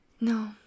no